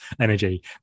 energy